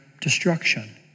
destruction